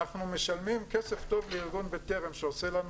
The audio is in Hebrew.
אנחנו משלמים כסף טוב לארגון "בטרם" שעושה לנו